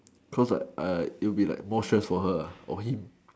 cause like it will be more stress for her